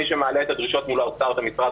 מי שמעלה את הדרישות מול האוצר זה משרד